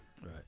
Right